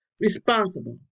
responsible